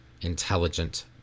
intelligent